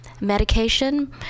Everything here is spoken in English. Medication